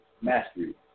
mastery